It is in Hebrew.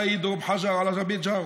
מא ידרוב חג'ר עלא בית ג'ארו.